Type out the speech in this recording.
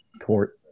tort